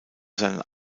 seinen